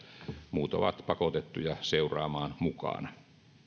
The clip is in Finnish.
muut ovat pakotettuja seuraamaan mukana